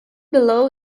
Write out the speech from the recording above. below